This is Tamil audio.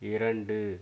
இரண்டு